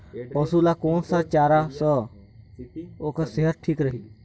पशु ला कोन स चारा से ओकर सेहत ठीक रही?